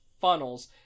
funnels